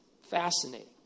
fascinating